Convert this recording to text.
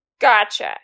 Gotcha